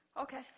okay